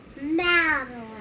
Madeline